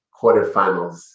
quarterfinals